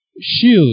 shield